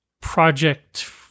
project